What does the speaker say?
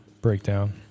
breakdown